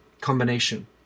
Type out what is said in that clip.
combination